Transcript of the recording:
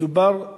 מדובר,